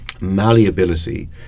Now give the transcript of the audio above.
malleability